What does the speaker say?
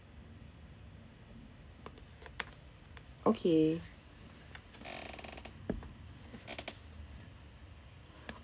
okay